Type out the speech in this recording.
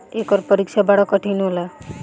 एकर परीक्षा बड़ा कठिन होला